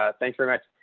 ah thanks very much.